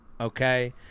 okay